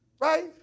right